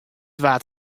waard